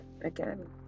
again